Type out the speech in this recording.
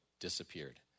disappeared